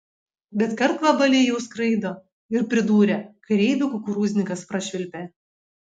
bet karkvabaliai jau skraido ir pridūrė kareivių kukurūznikas prašvilpė